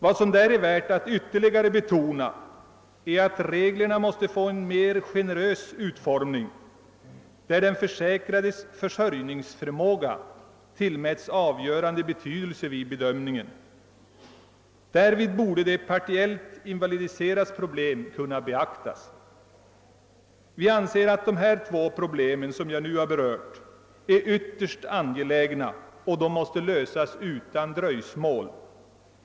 Vad som dessutom är värt att betona är att reglerna måste få en generösare utformning, varvid den försäkrades försörjningsförmåga tillmäts avgörande betydelse vid bedömningen. Därvid borde de partiellt invalidiserades problem kunna beaktas. Vi anser att de två problem som jag nu berört är ytterst angelägna och måste lösas utan dröjsmål.